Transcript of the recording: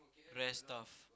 rare stuff